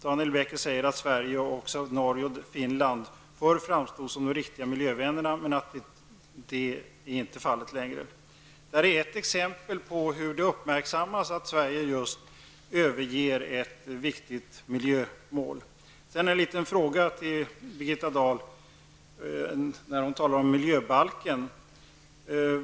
Daniel Becker säger att Sverige, Norge och Finland förr framstod som riktiga miljövänner men att så inte längre är fallet. Det här är ett exempel på hur det uppmärksammas att Sverige överger ett viktigt miljömål. Sedan en liten fråga till Birgitta Dahl. Hon talade om miljöbalken.